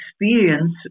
experience